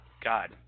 God